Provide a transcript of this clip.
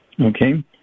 Okay